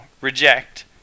reject